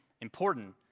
important